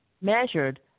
measured